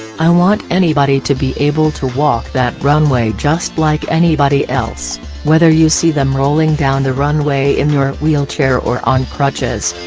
i want anybody to be able to walk that runway just like anybody else whether you see them rolling down the runway in your wheelchair or on crutches.